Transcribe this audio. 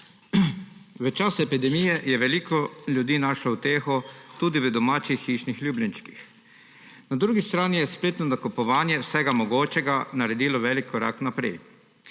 V času epidemije je veliko ljudi našlo uteho tudi v domačih hišnih ljubljenčkih. Na drugi strani je spletno nakupovanje vsega mogočega naredilo velik korak naprej.